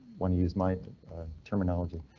when you use my terminology,